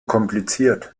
kompliziert